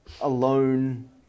alone